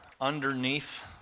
underneath